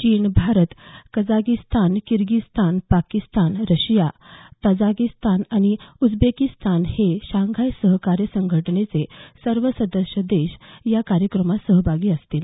चीन Bharat Kazakhstan Kyrgyzstan Pakistan Russia Tajikistan आणि Uzbekistan हे शांघाय सहकार्य संघटनेचे सर्व सदस्य देश या कार्यक्रमात सहभागी असतील